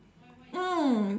mm